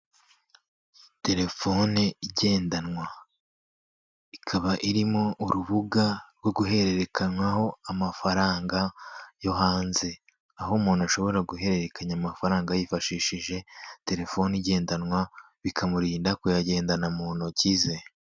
Telefone igendanwa ikaba irimo urubuga rwo guhererekanywaho amafaranga yo hanze, aho umuntu ashobora guhererekanya amafaranga yifashishije telefoni igendanwa bikamurinda kuyagendana mu ntoki ze.